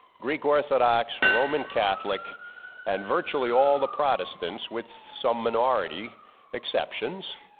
greek orthodox, roman catholic and virtually all the protestants with some minority exceptions,